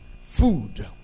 food